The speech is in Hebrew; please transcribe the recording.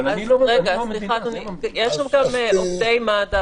יש גם עובדי מד"א.